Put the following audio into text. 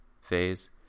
phase